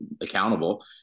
accountable